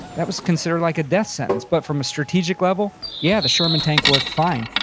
that was considered like a death sentence. but from a strategic level, yeah the sherman tank worked fine.